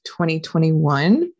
2021